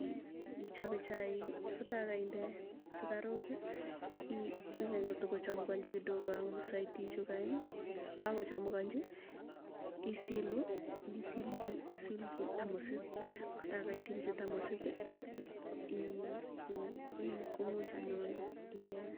i- i- ichape chaik kotaa kainde sukaruk ii, i- ikany kotokochamukanchi kidogo ak musaiti ichukai, ta kochamukanchi isilu isilchi isilchi tamusit ko taa kaisilchi tamusit, i- i- ii komuch anyun iee.